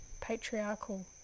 patriarchal